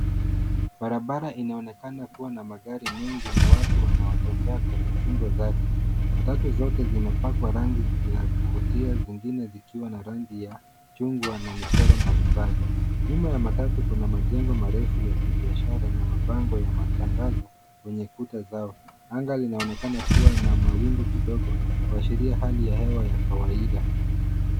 Barabara inaonekana kuwa na magari mengi na watu wanaotembea kwenye kingo zake. Matatu zote zimepakwa rangi ya kuvutia zingine zikiwa na rangi ya chungwa na michoro mbalimbali. Nyuma ya matatu kuna majengo marefu ya kibiashara na mabango ya matangazo kwenye kuta zao, anga linaonekana kuwa na mawingu kidogo kuashiria hali ya hewa ya kawaida.